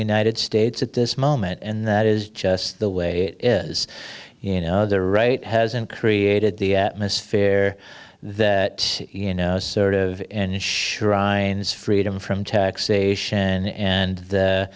united states at this moment and that is just the way it is you know the right hasn't created the atmosphere that you know sort of shrines freedom from taxation and